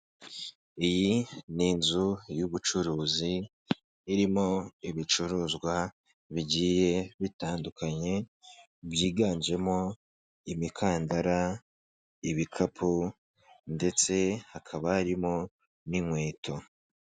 Iyi ni inzu y'ubucuruzi irimo ibicuruzwa bigiye bitandukanye byiganjemo imikandara, ibikapu ndetse hakaba harimo n'inkweto.